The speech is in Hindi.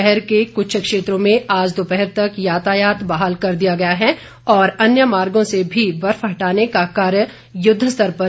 शहर के कुछ क्षेत्रों में आज दोपहर तक यातायात बहाल कर दिया गया है और अन्य मार्गों से भी बर्फ हटाने का कार्य युद्वस्तर पर जारी है